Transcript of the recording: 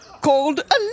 called